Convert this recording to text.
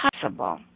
possible